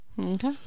Okay